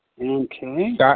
okay